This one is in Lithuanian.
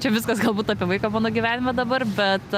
čia viskas galbūt apie vaiką mano gyvenime dabar bet